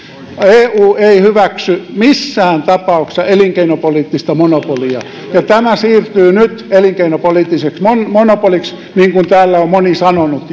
eu ei hyväksy missään tapauksessa elinkeinopoliittista monopolia ja tämä siirtyy nyt elinkeinopoliittiseksi monopoliksi niin kuin täällä on moni sanonut